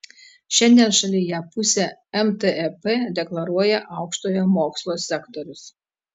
šiandien šalyje pusę mtep deklaruoja aukštojo mokslo sektorius